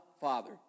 Father